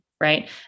Right